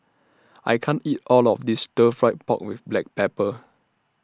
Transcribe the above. I can't eat All of This Stir Fry Pork with Black Pepper